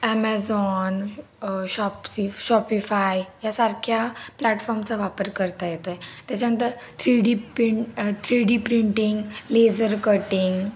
Amazon शॉप्सि Shopify यांसारख्या प्लॅटफॉर्मचा वापर करता येतो आहे त्याच्यानंतर three D print three D printing laser cutting